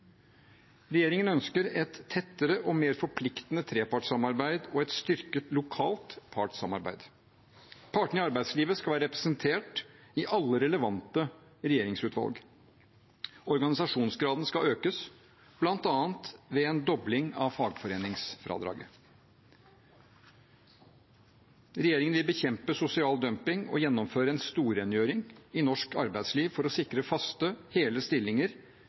Regjeringen ønsker et tettere og mer forpliktende trepartssamarbeid og et styrket lokalt partssamarbeid. Partene i arbeidslivet skal være representert i alle relevante regjeringsutvalg. Organisasjonsgraden skal økes, bl.a. ved en dobling av fagforeningsfradraget. Regjeringen vil bekjempe sosial dumping og gjennomføre en storrengjøring i norsk arbeidsliv for å sikre faste, hele stillinger